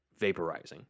vaporizing